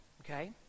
okay